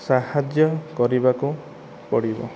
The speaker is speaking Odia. ସାହାଯ୍ୟ କରିବାକୁ ପଡ଼ିବ